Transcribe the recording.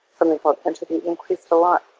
something called and increased a lot,